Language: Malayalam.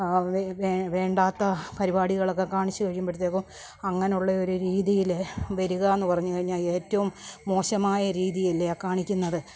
വേണ്ടാത്ത പരിപാടികളൊക്കെ കാണിച്ച് കഴിയുമ്പഴത്തേക്കും അങ്ങനെയുള്ള ഒരു രീതിയിൽ വരിക എന്ന് പറഞ്ഞ് കഴിഞ്ഞാൽ ഏറ്റവും മോശമായ രീതിയല്ലേ ആ കാണിക്കുന്നത്